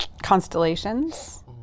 constellations